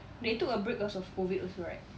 they took a break cause of COVID also right